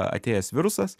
atėjęs virusas